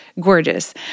Gorgeous